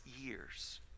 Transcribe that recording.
years